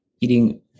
eating